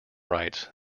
writes